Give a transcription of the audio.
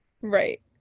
Right